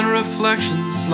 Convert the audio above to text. reflections